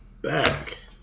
back